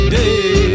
day